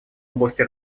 области